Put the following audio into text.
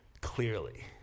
clearly